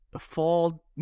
fall